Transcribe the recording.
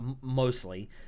mostly